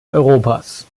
europas